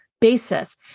basis